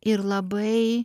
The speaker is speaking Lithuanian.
ir labai